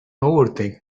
overthink